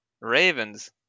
Ravens